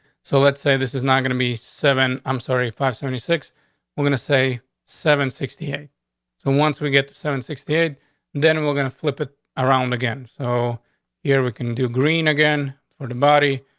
so let's say this is not gonna be seven. i'm sorry five seventy six we're gonna say seven sixty eight so once we get to seven sixty eight then we're gonna flip it around again. so here we can do green again. for the body.